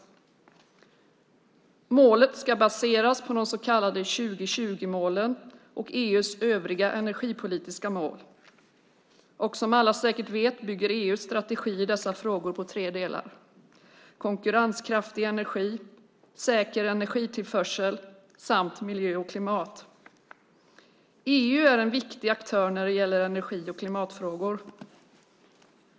Målet ska baseras på de så kallade 20-20-målen och EU:s övriga energipolitiska mål. Som alla säkert vet bygger EU:s strategi i dessa frågor på tre delar - konkurrenskraftig energi, säker energitillförsel samt miljö och klimat. EU är en viktig aktör när det gäller energi och klimatfrågor.